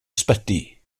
ysbyty